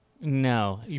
No